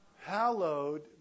hallowed